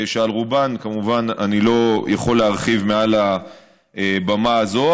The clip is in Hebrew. שעל רובן כמובן אני לא יכול להרחיב מעל הבמה הזאת.